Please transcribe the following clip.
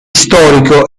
storico